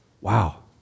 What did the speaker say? Wow